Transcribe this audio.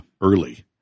early